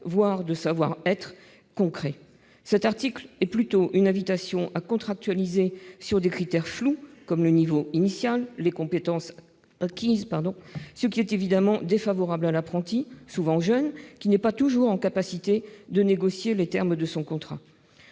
ni de savoir-être concrets. L'article 8 est plutôt une invitation à contractualiser sur des critères flous, comme le niveau initial ou les compétences requises. Cette situation est évidemment défavorable à l'apprenti, souvent jeune et pas toujours en capacité de négocier les termes de son contrat.